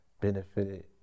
benefited